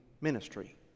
ministry